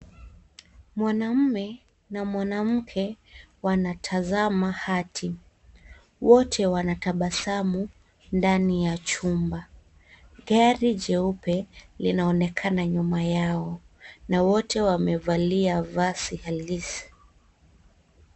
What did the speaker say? Mwanaume na mwanamke wanatasama hati, wote wanatabasamu ndani ya chumba, gari jeupe linaonekana nyuma yao na wote wamevalia vazi halisi.